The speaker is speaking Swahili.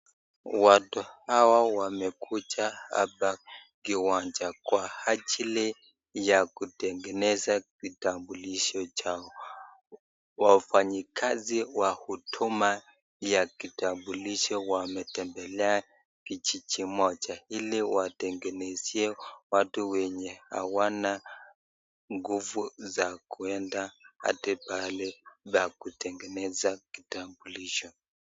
Watu hawa wamekuja hapa kiwanja kwa ajili ya kutengeneza kitambulisho chao. Wafanyikazi wa huduma ya kitambulisho wametembelea kijiji moja ili kuwatengenezea watu wenye hawana nguvu zakuenda hadi pahali pa kutengeneza kitambulisho.